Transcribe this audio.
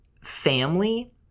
Family